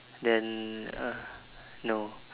then uh no